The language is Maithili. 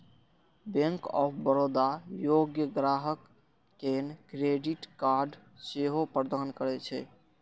बैंक ऑफ बड़ौदा योग्य ग्राहक कें क्रेडिट कार्ड सेहो प्रदान करै छै